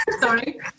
Sorry